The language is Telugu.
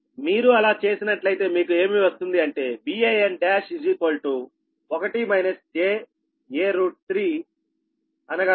మీరు అలా చేసినట్లయితే మీకు ఏమి వస్తుంది అంటే Van1 1 j a 3Van